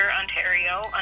Ontario